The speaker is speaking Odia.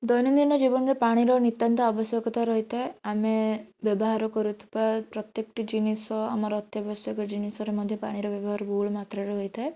ଦୈନନ୍ଦିନ ଜୀବନରେ ପାଣିର ନିତାନ୍ତ ଆବଶ୍ୟକତା ରହିଥାଏ ଆମେ ବ୍ୟବହାର କରୁଥିବା ପ୍ରତ୍ୟେକଟି ଜିନିଷ ଆମର ଅତ୍ୟାବଶକ ଜିନିଷରେ ମଧ୍ୟ ପାଣିର ବ୍ୟବହାର ବହୁଳମାତ୍ରାରେ ହୋଇଥାଏ